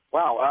Wow